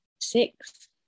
six